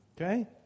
Okay